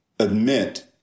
admit